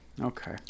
okay